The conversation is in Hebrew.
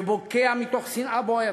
שבוקע מתוך שנאה בוערת.